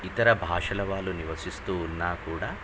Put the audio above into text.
ఇతర భాషల వాళ్ళు నివసిస్తూ ఉన్నా కూడా